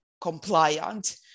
compliant